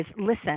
listen